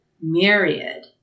Myriad